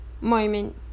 moment